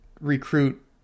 recruit